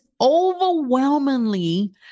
overwhelmingly